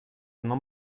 non